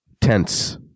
Tense